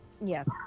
Yes